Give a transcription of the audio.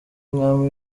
umwami